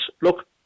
look